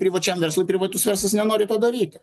privačiam verslui privatus verslas nenori to daryti